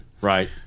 Right